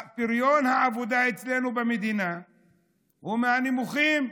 פריון העבודה אצלנו במדינה הוא מהנמוכים,